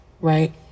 right